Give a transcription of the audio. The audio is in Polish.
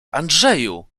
andrzeju